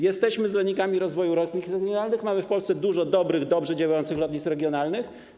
Jesteśmy zwolennikami rozwoju lotnisk regionalnych, mamy w Polsce dużo dobrych, dobrze działających lotnisk regionalnych.